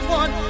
one